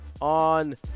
on